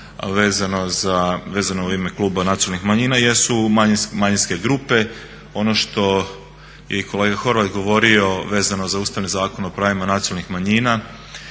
i govorim vezano u ime Kluba nacionalnih manjina jesu manjinske grupe. Ono što je i kolega Horvat govorio vezano za Ustavni zakon o pravima nacionalnih manjina